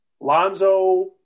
Lonzo